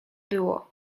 było